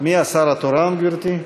מי השר התורן, גברתי?